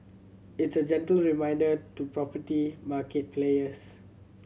it's a gentle reminder to property market players